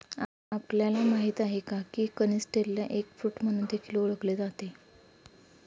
आपल्याला माहित आहे का? की कनिस्टेलला एग फ्रूट म्हणून देखील ओळखले जाते